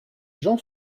jean